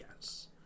Yes